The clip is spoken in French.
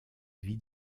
vie